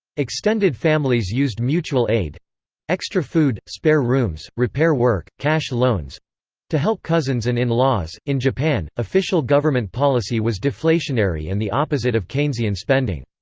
extended families used mutual aid extra food, spare rooms, rooms, repair-work, cash loans to help cousins and in-laws in japan, official government policy was deflationary and the opposite of keynesian spending.